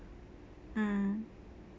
mm